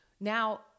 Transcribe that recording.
Now